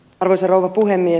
arvoisa rouva puhemies